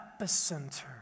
epicenter